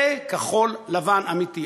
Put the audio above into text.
זה כחול-לבן אמיתי.